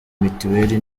mitiweri